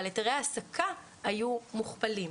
אבל היתרי העסקה היו מוכפלים.